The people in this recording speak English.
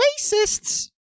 racists